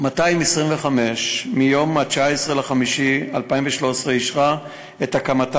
225 מיום 19 במאי 2013 אישרה את הקמתה